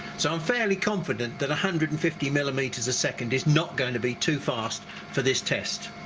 so i'm fairly confident that a hundred and fifty millimeters a second is not going to be too fast for this test.